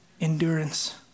endurance